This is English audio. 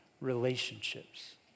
relationships